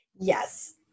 Yes